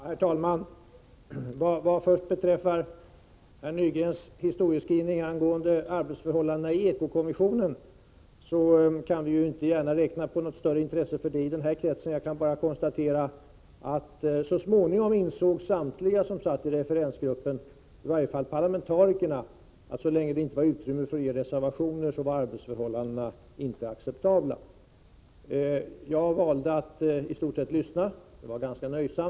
Herr talman! Vad först beträffar herr Nygrens historieskrivning angående arbetsförhållandena i eko-kommissionen kan vi inte gärna räkna på något större intresse för det i den här kretsen. Jag kan bara konstatera att så småningom insåg samtliga som satt i referensgruppen, i varje fall parlamentarikerna, att så länge det inte fanns utrymme för att avge reservationer var arbetsförhållandena inte acceptabla. Jag valde att i stort sett lyssna — det var ganska nöjsamt.